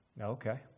Okay